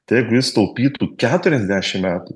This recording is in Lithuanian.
tai jeigu jis taupytų keturiasdešimt metų